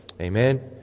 Amen